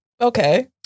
Okay